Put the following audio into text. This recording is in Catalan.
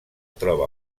troba